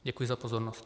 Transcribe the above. Děkuji za pozornost.